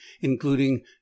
including